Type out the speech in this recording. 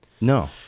No